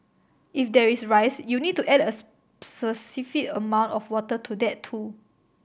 if there is rice you'll need to add a specific amount of water to that too